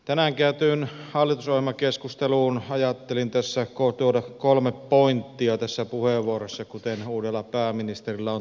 tänään käytyyn hallitusohjelmakeskusteluun ajattelin tässä puheenvuorossani tuoda kolme pointtia kuten uudella pääministerilläkin on tapana